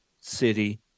City